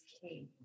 key